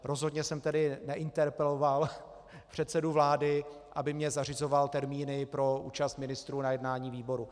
Rozhodně jsem tedy neinterpeloval předsedu vlády, aby mi zařizoval termíny pro účast ministrů na jednání výboru.